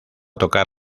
tocar